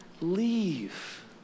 Leave